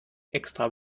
extra